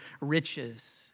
riches